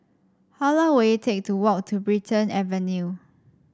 how long will it take to walk to Brighton Avenue